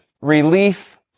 relief